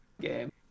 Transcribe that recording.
game